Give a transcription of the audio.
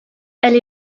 elle